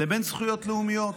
לבין זכויות לאומיות.